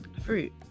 Fruit